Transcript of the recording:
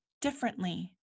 differently